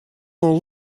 oan